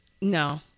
No